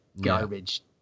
garbage